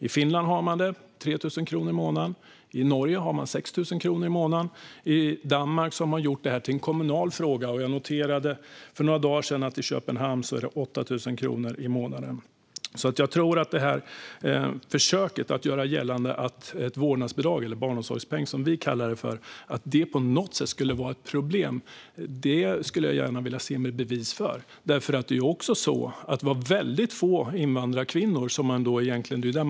I Finland är det på 3 000 kronor i månaden, i Norge är det på 6 000 kronor i månaden och i Danmark har de gjort det till en kommunal fråga. För några dagar sedan noterade jag att det i Köpenhamn är 8 000 kronor i månaden. Man försöker göra gällande att vårdnadsbidrag, eller barnomsorgspeng som vi kallar det, skulle vara ett problem på något sätt. Det skulle jag vilja se bevis för.